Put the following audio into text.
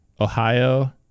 ohio